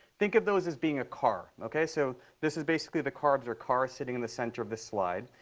think of those as being a car, ok? so this is basically the carbs, our car, sitting in the center of this slide.